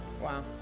Wow